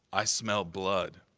i smell blood